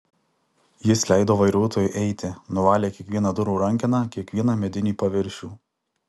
jis leido vairuotojui eiti nuvalė kiekvieną durų rankeną kiekvieną medinį paviršių